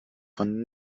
von